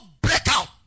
breakout